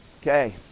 Okay